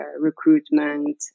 recruitment